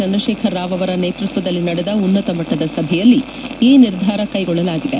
ಚಂದ್ರಕೇಖರ ಕಾವ್ ಅವರ ನೇತೃತ್ವದಲ್ಲಿ ನಡೆದ ಉನ್ನತ ಮಟ್ಲದ ಸಭೆಯಲ್ಲಿ ಈ ನಿರ್ಧಾರ ಕೈಗೊಳ್ಳಲಾಗಿದೆ